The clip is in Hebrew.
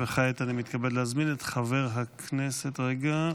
כעת אני מתכבד להזמין את חבר הכנסת אלי דלל,